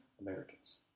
Americans